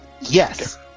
Yes